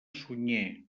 sunyer